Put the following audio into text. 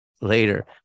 Later